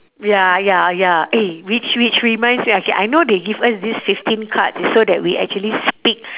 ya ya ya eh which which reminds me okay I know they give us these fifteen cards so that we actually speak